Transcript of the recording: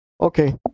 okay